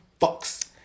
fucks